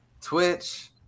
Twitch